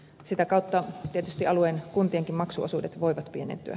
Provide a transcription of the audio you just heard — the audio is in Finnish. sitä kautta tietysti alueen kuntienkin maksuosuudet voivat pienentyä